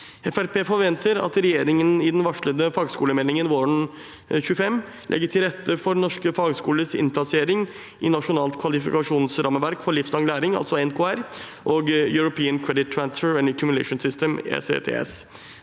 forventer at regjeringen i den varslede fagskolemeldingen våren 2025 legger til rette for norske fagskolers innplassering i Nasjonalt kvalifikasjonsrammeverk for livslang læring, NKR, og European Credit Transfer and Accumulation System,